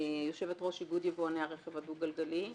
יושבת ראש איגוד יבואני הרכב הדו גלגלי.